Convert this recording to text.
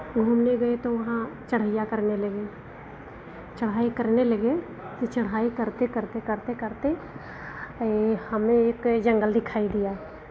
घूमने गए तो वहाँ चढ़ाइयाँ करने लगे चढ़ाई करने लगे तो चढ़ाई करते करते करते करते ए हमें एक जंगल दिखाई दिया